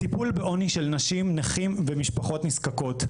טיפול בעוני של נשים, נכים, ומשפחות נזקקות.